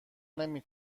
نمی